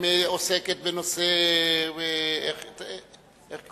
עוסקת בנושא ויסקונסין.